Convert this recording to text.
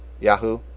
Yahoo